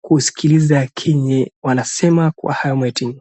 kusikiliza ambacho wanasema kwa hiyo meeting .